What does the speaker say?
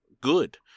good